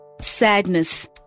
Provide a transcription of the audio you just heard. sadness